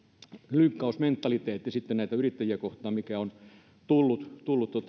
lynkkausmentaliteetti näitä yrittäjiä kohtaan mikä on tullut